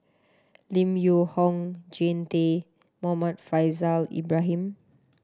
Lim Yew Hock Jean Tay Muhammad Faishal Ibrahim